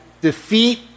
defeat